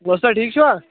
وۄستا ٹھیٖک چھُوا